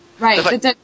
Right